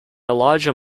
elijah